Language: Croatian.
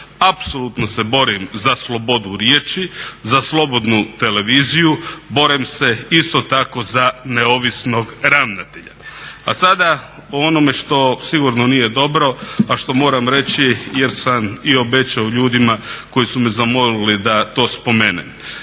Apsolutno se borim za slobodu riječi, za slobodnu televiziju. Borim se isto tako za neovisnog ravnatelja. A sada o onome što sigurno nije dobro, a što moram reći jer sam i obećao ljudima koji su me zamolili da to spomenem.